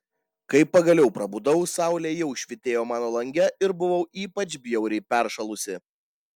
kai pagaliau prabudau saulė jau švytėjo mano lange ir buvau ypač bjauriai peršalusi